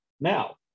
Now